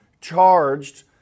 charged